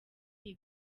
iyi